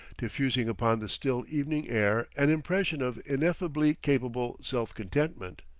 diffusing upon the still evening air an impression of ineffably capable self-contentment.